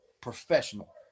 professional